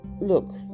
look